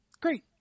great